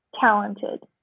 talented